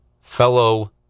fellow